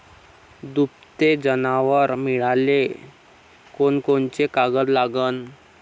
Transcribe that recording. दुभते जनावरं मिळाले कोनकोनचे कागद लागन?